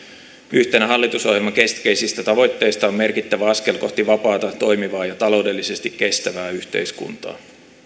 yhtenä hallitusohjelman keskeisistä tavoitteista on merkittävä askel kohti vapaata toimivaa ja taloudellisesti kestävää yhteiskuntaa